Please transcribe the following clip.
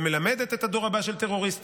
ומלמדת את הדור הבא של טרוריסטים,